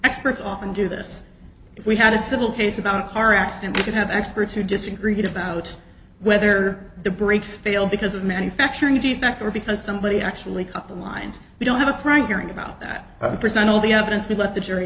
experts often do this if we had a civil case about a car accident we could have experts who disagreed about whether the brakes failed because of a manufacturing defect or because somebody actually couple lines we don't have a frank hearing about that present all the evidence we let the jury